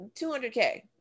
200K